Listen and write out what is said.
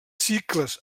cicles